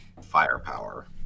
firepower